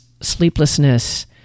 sleeplessness